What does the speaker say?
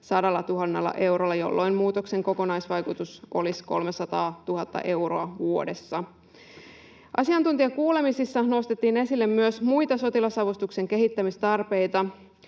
arviolta 100 000 eurolla, jolloin muutoksen kokonaisvaikutus olisi 300 000 euroa vuodessa. Asiantuntijakuulemisissa nostettiin esille myös muita sotilasavustuksen kehittämistarpeita.